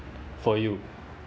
for you